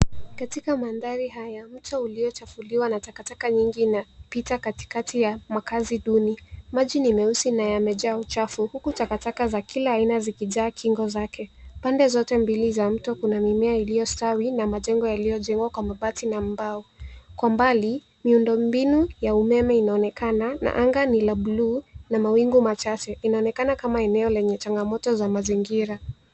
Katika mandhari haya mto uliochafuliwa na takataka nyingi unapita katikati ya makaazi duni. Maji ni meusi na yamejaa uchafu huku takataka za kila aina zikijaa kingo zake. Pande zote mbili za mto kuna mimea iliyistawi na majengo yaliyojengwa kwa mabati na mbao, kwa mbali miundombinu ya umeme inaonekana na anga ni la buluu na mawingu machache inaonekana kama changamoto za mazingira.